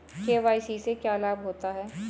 KYC से क्या लाभ होता है?